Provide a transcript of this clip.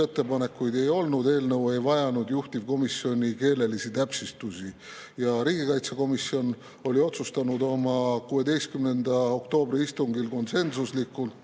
Muudatusettepanekuid ei olnud, eelnõu ei vajanud juhtivkomisjoni keelelisi täpsustusi. Riigikaitsekomisjon otsustas 16. oktoobri istungil konsensuslikult,